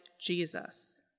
Jesus